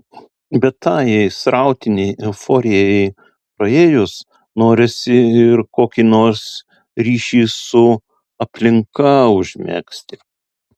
bet tajai srautinei euforijai praėjus norisi ir kokį nors ryšį su aplinka užmegzti